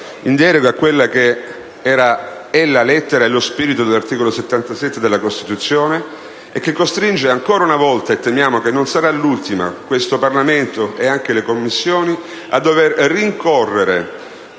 in deroga alla lettera e allo spirito dell'articolo 77 della Costituzione, che costringe ancora una volta (e temiamo che non sarà l'ultima) questo Parlamento e anche le Commissioni a dover rincorrere